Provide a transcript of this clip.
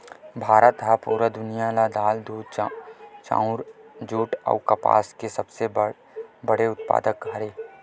भारत हा पूरा दुनिया में दाल, दूध, चाउर, जुट अउ कपास के सबसे बड़े उत्पादक हरे